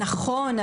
נכון,